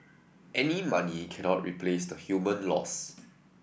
any money cannot replace the human loss